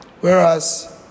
whereas